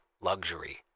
luxury